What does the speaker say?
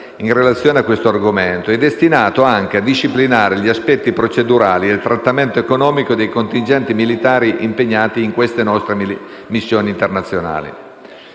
Grazie,